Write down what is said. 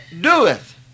doeth